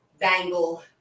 bangle